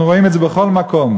אנחנו רואים את זה בכל מקום,